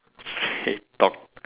hate talk